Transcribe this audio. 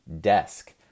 desk